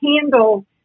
handle